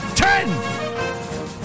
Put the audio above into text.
Ten